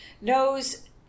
knows